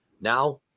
now